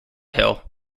hill